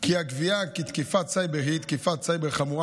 כי הקביעה שתקיפת סייבר היא תקיפת סייבר חמורה